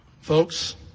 Folks